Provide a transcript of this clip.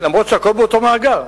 אף שהכול באותו מאגר.